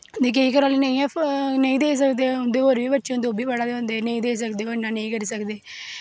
केईं घरे आह्ले नेईं देई सकदे उं'दे होर बी बच्चे होंदे नेईं देई सकदे ओह् इन्ना नेईं करी सकदे